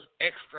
extra